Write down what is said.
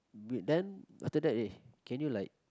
t~ then after that eh can you like